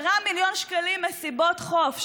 10 מיליון שקלים, מסיבות חוף.